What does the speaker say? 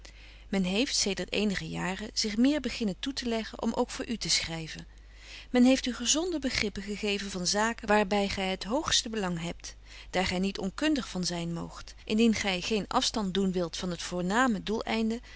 men heeft zedert eenige jaren zich meer beginnen toeteleggen om ook voor u te schryven men heeft u gezonde begrippen gegeven van zaken waar by gy het hoogste belang hebt daar gy niet onkundig van zyn moogt indien gy geen afstand doen wilt van het voorname doeleinde